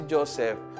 Joseph